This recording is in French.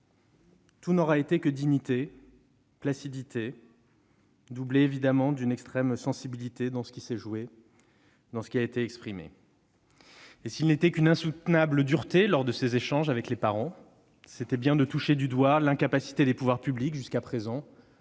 tout n'aura été que dignité et placidité, doublées, évidemment, d'une extrême sensibilité à l'égard de ce qui s'est joué, de ce qui a été exprimé. S'il a été une insoutenable dureté lors de ces échanges avec les parents, c'est bien celle qui a consisté à toucher du doigt l'incapacité des pouvoirs publics jusqu'à présent